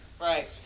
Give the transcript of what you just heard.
Right